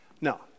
No